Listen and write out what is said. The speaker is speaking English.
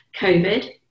COVID